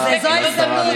זאת ההזדמנות,